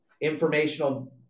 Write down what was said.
informational